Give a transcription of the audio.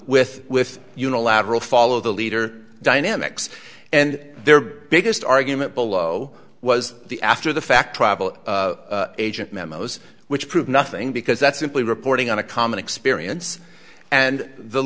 with with unilateral follow the leader dynamics and their biggest argument below was the after the fact travel agent memos which prove nothing because that's simply reporting on a common experience and the